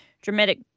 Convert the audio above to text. dramatic